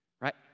right